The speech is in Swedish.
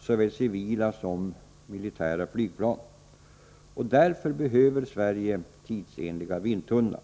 såväl civila som militära flygplan. Därför behöver Sverige tidsenliga vindtunnlar.